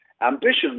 ambitions